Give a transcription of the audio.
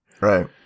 Right